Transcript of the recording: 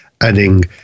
Adding